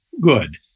good